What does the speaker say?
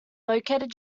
located